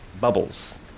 Bubbles